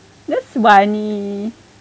that's